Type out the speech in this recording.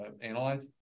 analyze